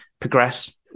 progress